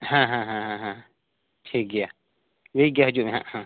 ᱦᱮᱸ ᱦᱮᱸ ᱦᱮᱸ ᱴᱷᱤᱠ ᱜᱮᱭᱟ ᱴᱷᱤᱠ ᱜᱮᱭᱟ ᱦᱤᱡᱩᱜ ᱢᱮ ᱱᱟᱦᱟᱸᱜ ᱦᱮᱸ